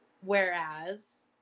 Whereas